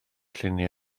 lluniau